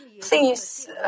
please